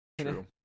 true